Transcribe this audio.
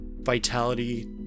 vitality